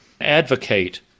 advocate